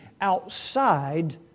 outside